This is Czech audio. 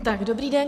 Tak dobrý den.